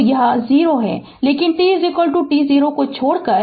तो यह 0 है लेकिन t t0 को छोड़कर